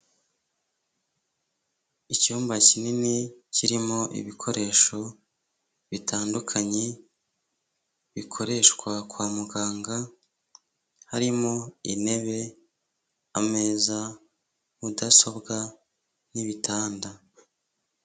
Icyumba kinini kirimo ibikoresho bitandukanye bikoreshwa kwa muganga, harimo; intebe, ameza, mudasobwa n'ibitanda.